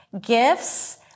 gifts